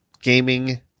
gaming